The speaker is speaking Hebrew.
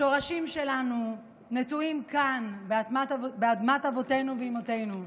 השורשים שלנו נטועים כאן, באדמת אבותינו ואמותינו.